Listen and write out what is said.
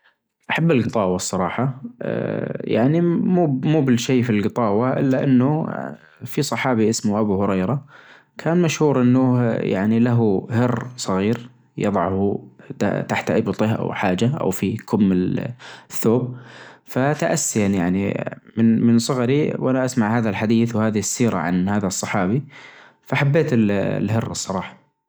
أحب الجطاوة الصراحة، يعنى موب-موبالشي في الجطاوة إلا إنه في صحابى أسمه أبو هريرة كان مشهور إنه يعنى له هر صغير يضعه تحت إبطه أو حاچة أو في كم الثوب، فتأسيا يعنى من-من صغيرى وأنا أسمع هذا الحديث وهذه السيرة عن هذا الصحابي فحبيت ال-الهر الصراحة.